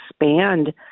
expand